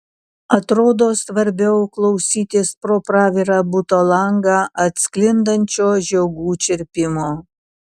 atrodo svarbiau klausytis pro pravirą buto langą atsklindančio žiogų čirpimo